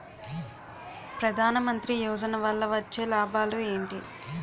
ప్రధాన మంత్రి యోజన వల్ల వచ్చే లాభాలు ఎంటి?